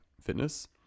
Fitness